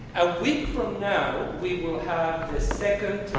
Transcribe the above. a week from now, we will have the second